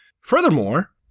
Furthermore